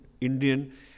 Indian